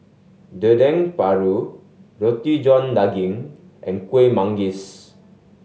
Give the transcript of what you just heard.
Dendeng Paru Roti John Daging and Kuih Manggis